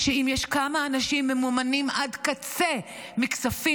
שאם יש כמה אנשים ממומנים עד קצה מכספים